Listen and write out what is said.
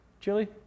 Chili